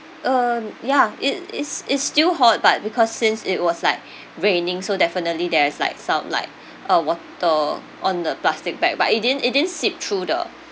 um ya it is it's still hot but because since it was like raining so definitely there's like some like uh water on the plastic bag but it didn't it didn't seep through the